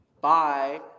Bye